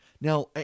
Now